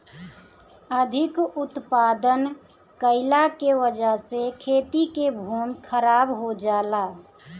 अधिक उत्पादन कइला के वजह से खेती के भूमि खराब हो जाला